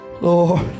Lord